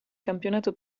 campionato